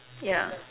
ya